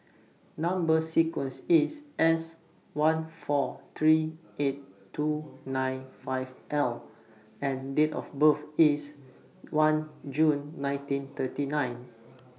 Number sequence IS S one four three eight two nine five L and Date of birth IS one June nineteen thirty nine